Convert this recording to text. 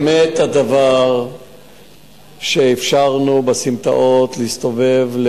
אמת הדבר שאפשרנו בסמטאות להסתובב,